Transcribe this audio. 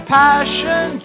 passion